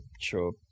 sure